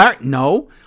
no